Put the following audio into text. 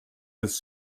his